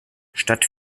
statt